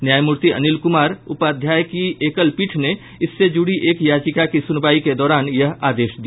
न्यायमूर्ति अनिल कुमार उपाध्याय की एकल पीठ ने इससे जुड़ी एक याचिका की सुनवाई के दौरान यह आदेश दिया